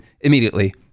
immediately